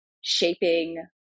shaping